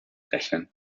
rechnen